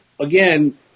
again